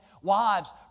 Wives